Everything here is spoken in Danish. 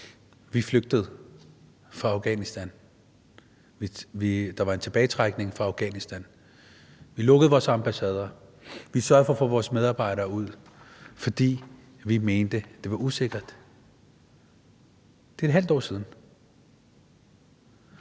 vi flygtede fra Afghanistan. Der var en tilbagetrækning fra Afghanistan, vi lukkede vores ambassader, vi sørgede for at få vores medarbejdere ud, fordi vi mente, at det var usikkert. Det er et halvt år siden.